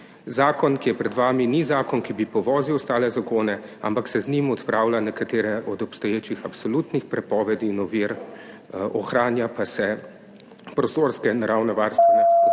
Zakon, ki je pred vami, ni zakon, ki bi povozil ostale zakone, ampak se z njim odpravlja nekatere od obstoječih absolutnih prepovedi in ovir, ohranja pa se prostorske naravovarstvene **9.